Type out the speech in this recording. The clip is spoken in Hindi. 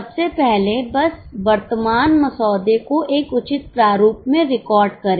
सबसे पहले बस वर्तमान मसौदे को एक उचित प्रारूप में रिकॉर्ड करें